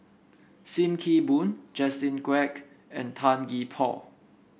Sim Kee Boon Justin Quek and Tan Gee Paw